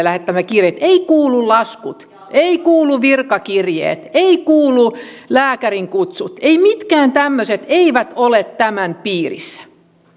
lähettämiä kirjeitä tähän eivät kuulu laskut eivät kuulu virkakirjeet eivät kuulu lääkärin kutsut mitkään tämmöiset eivät ole tämän piirissä